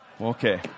Okay